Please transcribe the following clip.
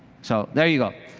so there you go.